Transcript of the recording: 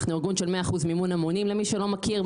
אנחנו ארגון של 100 אחוזים מימון המונים למי שלא מכיר,